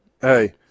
hey